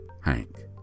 Hank